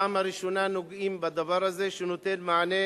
פעם ראשונה נוגעים בדבר הזה שנותן מענה